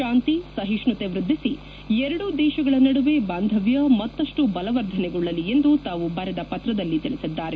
ಶಾಂತಿ ಸಹಿಷ್ಣುತೆ ವ್ಯದ್ದಿಸಿ ಎರಡೂ ದೇಶಗಳ ನಡುವೆ ಬಾಂಧವ್ಯ ಮತ್ತಷ್ಣು ಬಲವರ್ಧನೆಗೊಳ್ಳಲಿ ಎಂದು ತಾವು ಬರೆದ ಪತ್ರದಲ್ಲಿ ತಿಳಿಸಿದ್ದಾರೆ